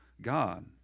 God